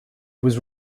was